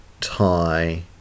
tie